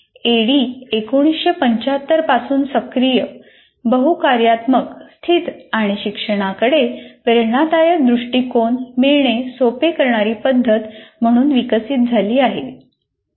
ऍडी 1975 पासून सक्रिय बहु कार्यात्मक स्थित आणि शिक्षणाकडे प्रेरणादायक दृष्टीकोन मिळणे सोपे करणारी पद्धती म्हणून विकसित झाली आहे